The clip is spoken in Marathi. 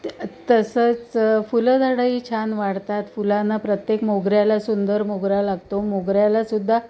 त्या तसंच फुलझाडंही छान वाढतात फुलांना प्रत्येक मोगऱ्याला सुंदर मोगरा लागतो मोगऱ्यालासुद्धा